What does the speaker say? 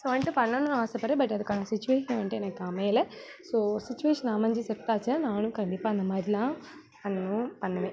so வந்துட்டு பண்ணணும்னு ஆசைப்பட்றேன் பட் அதுக்கான சுச்சுவேஷன் வந்துட்டு எனக்கு அமையல ஸோ சுச்சுவேஷன் அமைஞ்சி செட் ஆச்சுன்னால் நானும் கண்டிப்பாக அந்த மாதிரிலாம் பண்ணணும் பண்ணுவேன்